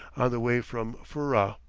the way from furrah.